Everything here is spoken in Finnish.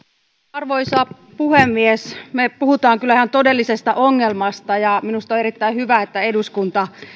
arvoisa puhemies me puhumme kyllä ihan todellisesta ongelmasta ja minusta on erittäin hyvä että eduskunta